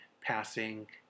passing